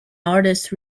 artist